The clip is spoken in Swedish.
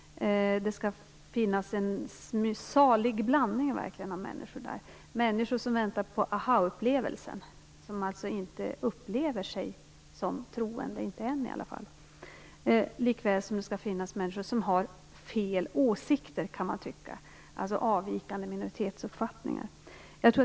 Det skall finnas en salig blandning av människor där, människor som väntar på aha-upplevelsen, som alltså inte upplever sig som troende - i alla fall inte ännu - likväl som människor som har "fel" åsikter, dvs. avvikande minoritetsuppfattningar.